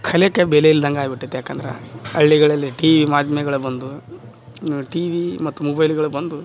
ಕಲೆಕೆ ಬೆಲೆ ಇಲ್ದಂಗೆ ಆಗ್ಬಿಟೈತ್ ಯಾಕಂದ್ರ ಹಳ್ಳಿಗಳಲ್ಲಿ ಟಿವಿ ಮಾಧ್ಯಮಗಳ್ ಬಂದವು ಟಿವಿ ಮತ್ತು ಮೊಬೈಲ್ಗಳು ಬಂದು